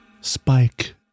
Spike